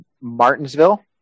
Martinsville